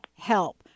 help